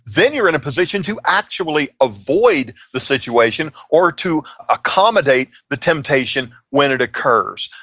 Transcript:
then you're in a position to actually avoid the situation, or to accommodate the temptation when it occurs.